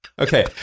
Okay